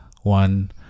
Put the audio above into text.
one